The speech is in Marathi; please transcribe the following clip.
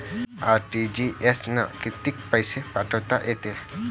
आर.टी.जी.एस न कितीक पैसे पाठवता येते?